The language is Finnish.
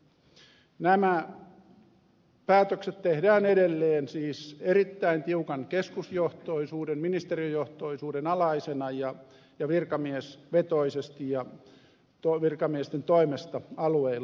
nämä päätökset tehdään edelleen siis erittäin tiukan keskusjohtoisuuden ministeriöjohtoisuuden alaisena ja virkamiesvetoisesti ja virkamiesten toimesta alueilla